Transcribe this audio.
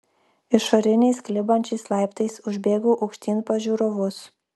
išoriniais klibančiais laiptais užbėgau aukštyn pas žiūrovus